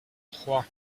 trois